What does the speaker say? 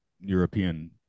European